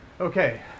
Okay